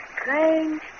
strange